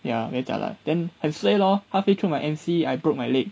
ya very jialat then 很 suay lor halfway through my M_C I broke my leg